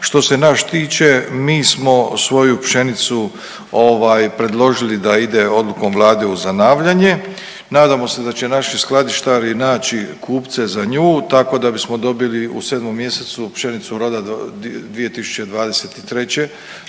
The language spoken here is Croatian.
Što se nas tiče mi smo svoju pšenicu ovaj predložili da ide odlukom Vlade u zanavljanje. Nadamo se da će naši skladištari naći kupce za nju tako da bismo dobili u 7. mjesecu pšenicu roda 2023.,